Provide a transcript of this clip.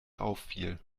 auffiel